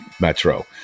Metro